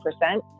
percent